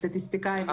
הסטטיסטיקאים,